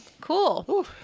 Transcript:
Cool